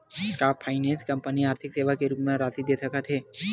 का finance company आर्थिक सेवा के रूप म राशि दे सकत हे?